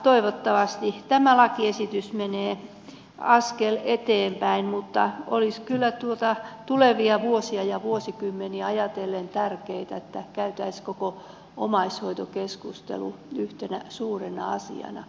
toivottavasti tämä lakiesitys menee askeleen eteenpäin mutta olisi kyllä tulevia vuosia ja vuosikymmeniä ajatellen tärkeätä että käytäisiin koko omaishoitokeskustelu yhtenä suurena asiana